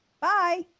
Bye